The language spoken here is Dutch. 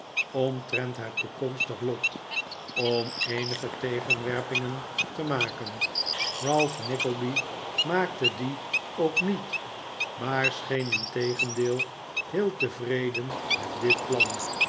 omtrent haar toekomstig lot om eenige tegenwerpingen te maken ralph nickleby maakte die ook niet maar scheen integendeel heel tevreden met dit plan